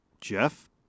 Jeff